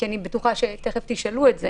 אני בטוחה שתכף תשאלו על זה